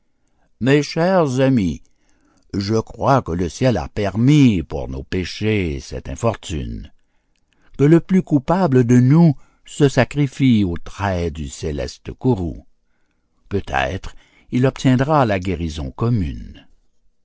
mes chers amis je crois que le ciel a permis pour nos péchés cette infortune que le plus coupable de nous se sacrifie aux traits du céleste courroux peut-être il obtiendra la guérison commune